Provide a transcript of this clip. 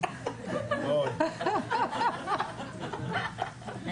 פה התנגדויות של הנהלת בתי המשפט והסנגוריה מכיוונים שונים,